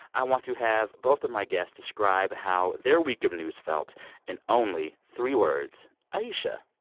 i want to have both of my guests describe how their week of news felt in only three words. ayesha,